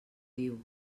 diu